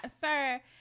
sir